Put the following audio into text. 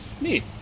Neat